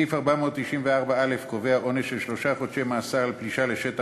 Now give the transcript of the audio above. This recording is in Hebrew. סעיף 494(א) קובע עונש של שלושה חודשי מאסר על פלישה לשטח